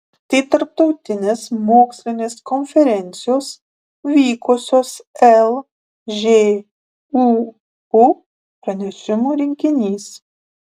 tai tarptautinės mokslinės konferencijos vykusios lžūu pranešimų rinkinys